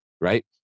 right